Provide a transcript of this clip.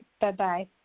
Bye-bye